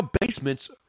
basements